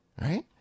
Right